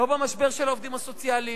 לא במשבר של העובדים הסוציאליים,